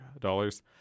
dollars